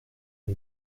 mes